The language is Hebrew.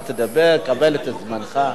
אתה תדבר, תקבל את זמנך.